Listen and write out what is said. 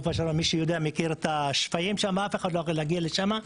מי שמכיר את השיפועים שם אף אחד לא יכול להגיע לשם,